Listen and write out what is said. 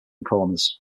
corners